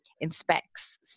inspects